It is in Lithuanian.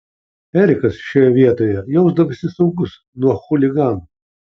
erikas šioje vietoje jausdavosi saugus nuo chuliganų